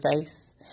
face